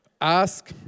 Ask